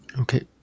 Okay